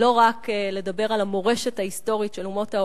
ולא רק לדבר על המורשת ההיסטורית של אומות העולם,